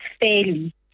fairly